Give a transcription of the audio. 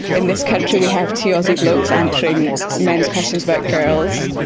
in this country we have two aussie blokes answering men's questions about girls.